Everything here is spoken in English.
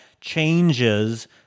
changes